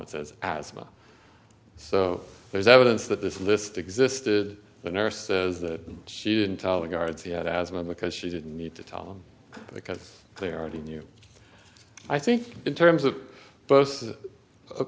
it says asthma so there's evidence that this list existed the nurses that she didn't our guards he had asthma because she didn't need to tell them because they already knew i think in terms of both